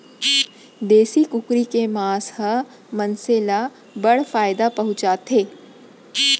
देसी कुकरी के मांस ह मनसे ल बड़ फायदा पहुंचाथे